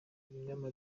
ibinyoma